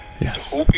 Yes